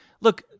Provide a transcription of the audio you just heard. look